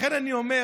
לכן אני אומר,